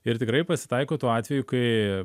ir tikrai pasitaiko tų atveju kai